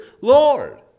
Lord